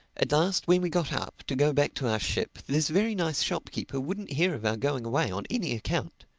at last when we got up, to go back to our ship, this very nice shopkeeper wouldn't hear of our going away on any account.